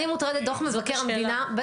אני מוטרדת מדוח מבקר המדינה.